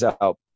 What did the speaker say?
out